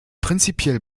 prinzipiell